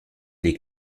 les